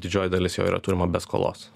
didžioji dalis jo yra turima be skolos